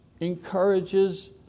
encourages